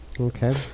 Okay